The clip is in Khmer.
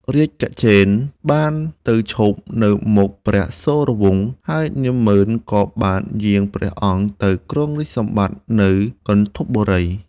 រាជគជេន្ទ្របានទៅឈប់នៅមុខព្រះសូរវង្ស ហើយនាម៉ឺនក៏បានយាងព្រះអង្គទៅគ្រងរាជ្យសម្បត្តិនៅគន្ធពបុរី ។